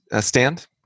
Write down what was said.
stand